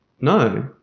no